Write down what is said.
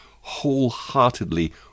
wholeheartedly